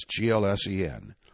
GLSEN